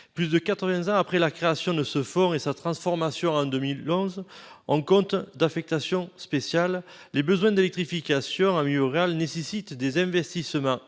Plus de 80 ans après son instauration- et après sa transformation, en 2011, en compte d'affectation spéciale -, les besoins d'électrification en milieu rural nécessitent des investissements